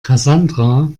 cassandra